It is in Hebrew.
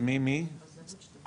מוזיאונים במשרד הביטחון?